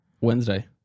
wednesday